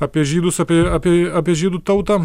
apie žydus apie apie apie žydų tautą